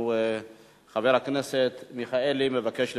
חבר הכנסת מיכאלי מבקש לברך,